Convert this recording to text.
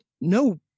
no